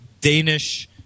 Danish